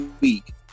week